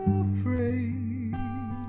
afraid